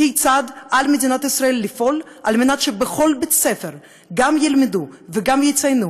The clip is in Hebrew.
כיצד על מדינת ישראל לפעול על מנת שבכל בית-ספר גם ילמדו וגם יציינו,